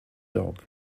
dog